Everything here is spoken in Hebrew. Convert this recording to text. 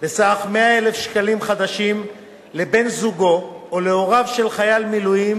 בסך 100,000 שקלים חדשים לבן-זוגו או להוריו של חייל מילואים